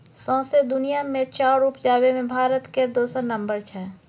सौंसे दुनिया मे चाउर उपजाबे मे भारत केर दोसर नम्बर छै